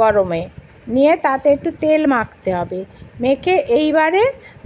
গরমে নিয়ে তাতে একটু তেল মাখতে হবে মেখে এইবারে